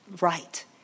right